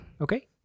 Okay